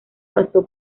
pasó